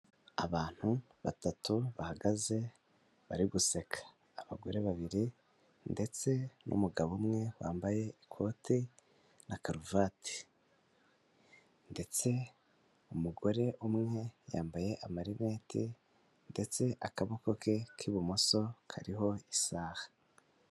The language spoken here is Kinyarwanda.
Abantu batatu bahagaze bari guseka, abagore babiri ndetse n'umugabo umwe wambaye ikote na karuvati ndetse umugore umwe yambaye amarinete ndetse akaboko ke k'ibumoso kariho isaha.